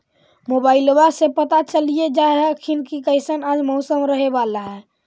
मोबाईलबा से पता चलिये जा हखिन की कैसन आज मौसम रहे बाला है?